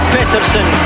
Peterson